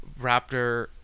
Raptor